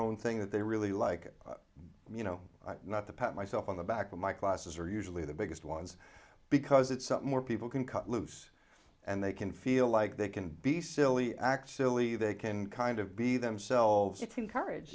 own thing that they really like you know not the pat myself on the back of my classes are usually the biggest ones because it's something more people can cut loose and they can feel like they can be silly actually they can kind of be themselves it's encourage